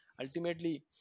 ultimately